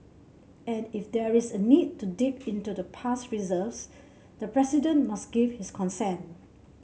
and if there is a need to dip into the past reserves the President must give his consent